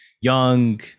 young